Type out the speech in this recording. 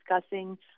discussing